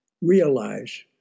realize